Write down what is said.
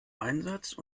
einsatz